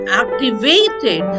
activated